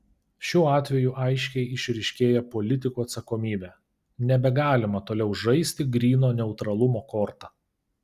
šiuo atveju aiškiai išryškėja politikų atsakomybė nebegalima toliau žaisti gryno neutralumo korta